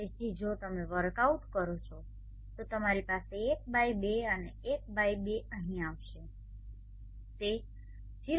તેથી જો તમે વર્કઆઉટ કરો છો તો તમારી પાસે 1 બાય 2 અને 1 બાય 2 અહીં આવશે તે 0